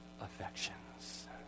affections